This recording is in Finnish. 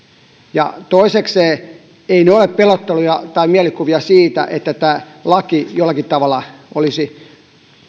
toisekseen eivät ne ole pelotteluja tai mielikuvia että tämä laki jollakin tavalla olisi